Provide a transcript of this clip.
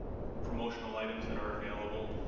promotional items that are available